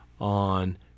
on